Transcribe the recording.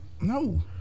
No